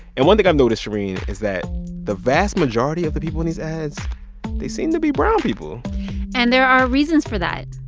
and one thing i've noticed, shereen, is that the vast majority of the people in these ads they seem to be brown people and there are reasons for that.